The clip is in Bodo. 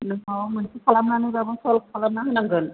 नों माबा मोनसे खालामनानैबाबो सल्भ खालायना होनांगोन